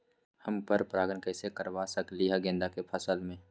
हम पर पारगन कैसे करवा सकली ह गेंदा के फसल में?